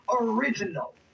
original